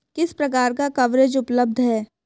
किस प्रकार का कवरेज उपलब्ध है?